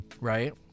right